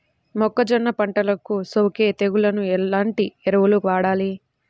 మొక్కజొన్న పంటలకు సోకే తెగుళ్లకు ఎలాంటి ఎరువులు వాడాలి?